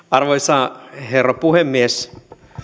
arvoisa herra puhemies